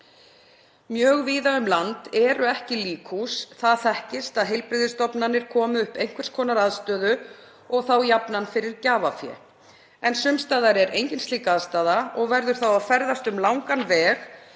Mjög víða um land eru ekki líkhús. Það þekkist að heilbrigðisstofnanir komi upp einhvers konar aðstöðu og þá jafnan fyrir gjafafé en sums staðar er engin slík aðstaða og verður þá að ferðast um langan veg